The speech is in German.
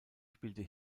spielte